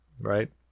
right